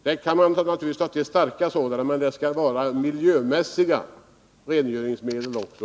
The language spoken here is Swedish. Man kan naturligtvis ta till starka sådana, men de skall vara miljömässiga också!